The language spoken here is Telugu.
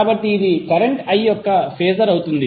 కాబట్టి ఇది కరెంట్ I యొక్క ఫేజర్ అవుతుంది